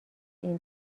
این